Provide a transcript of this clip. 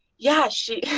yeah, she